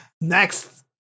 next